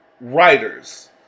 writers